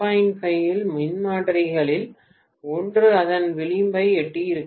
5 இல் மின்மாற்றிகளில் ஒன்று அதன் விளிம்பை எட்டியிருக்கலாம்